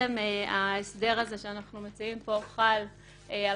ההסדר הזה שאנחנו מציעים פה חל על